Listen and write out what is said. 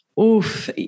oof